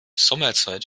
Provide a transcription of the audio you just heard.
sommerzeit